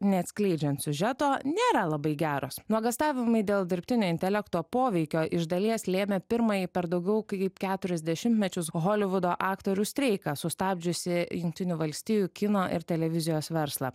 neatskleidžiant siužeto nėra labai geros nuogąstavimai dėl dirbtinio intelekto poveikio iš dalies lėmė pirmąjį per daugiau kaip keturis dešimtmečius holivudo aktorių streiką sustabdžiusį jungtinių valstijų kino ir televizijos verslą